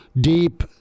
deep